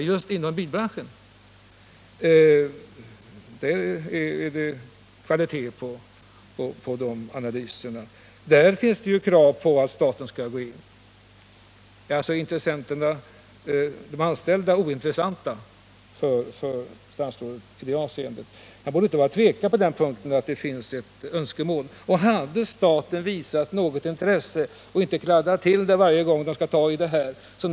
Det är kvalitet på deras analyser, och där finns krav på att staten skall gå in. De anställda är alltså ointressanta för statsrådet i det avseendet, men han borde inte vara tveksam om att det på den punkten finns ett önskemål om statlig assistans. Staten borde visa något intresse och inte klanta till det varje gång känsliga frågor skall tas upp.